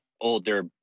older